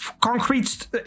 concrete